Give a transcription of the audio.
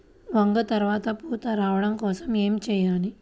వంగ త్వరగా పూత రావడం కోసం ఏమి చెయ్యాలి?